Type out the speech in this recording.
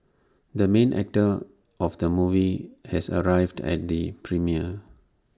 the main actor of the movie has arrived at the premiere